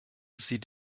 sie